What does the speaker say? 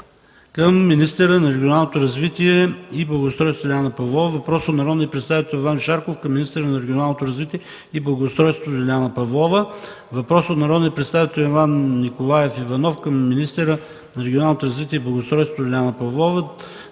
към министъра на регионалното развитие и благоустройството Лиляна Павлова; - въпрос от народния представител Ваньо Шарков към министъра на регионалното развитие и благоустройството Лиляна Павлова; - въпрос от народния представител Иван Николаев Иванов към министъра на регионалното развитие и благоустройството Лиляна Павлова;